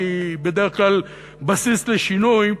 כי היא בדרך כלל בסיס לשינוי,